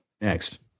next